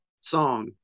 song